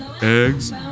Eggs